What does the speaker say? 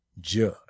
judge